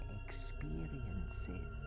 experiences